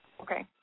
Okay